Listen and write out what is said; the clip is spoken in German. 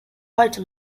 heute